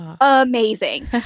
amazing